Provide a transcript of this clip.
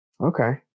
Okay